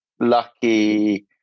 lucky